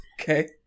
Okay